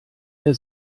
der